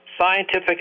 scientific